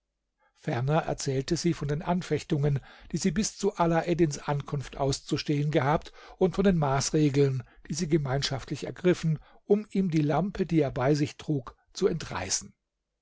ferner erzählte sie von den anfechtungen die sie bis zu alaeddins ankunft auszustehen gehabt und von den maßregeln die sie gemeinschaftlich ergriffen um ihm die lampe die er bei sich trug zu entreißen